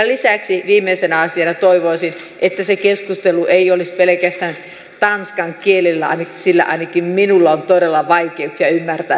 lisäksi viimeisenä asiana toivoisin että se keskustelu ei olisi pelkästään tanskan kielellä sillä ainakin minulla on todella vaikeuksia ymmärtää sitä kieltä